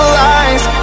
lies